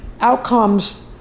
outcomes